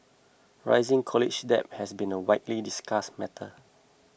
rising college debt has been a widely discussed matter